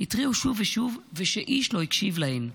התריעו שוב ושוב, ואיש לא הקשיב להן,